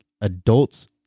adults